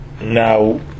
Now